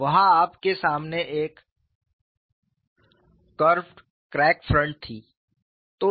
वहां आपके सामने एक कर्वेड क्रैक फ्रंट थी